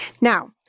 Now